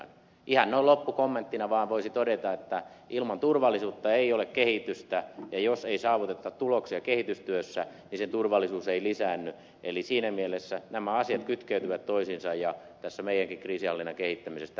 ihan noin loppukommenttina vaan voisi todeta että ilman turvallisuutta ei ole kehitystä ja jos ei saavuteta tuloksia kehitystyössä se turvallisuus ei lisäänny eli siinä mielessä nämä asiat kytkeytyvät toisiinsa ja tässä meidänkin kriisinhallintamme kehittämisessä tämä on ihan avainkysymys